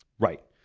right.